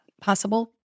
possible